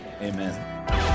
Amen